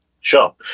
Sure